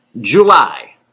July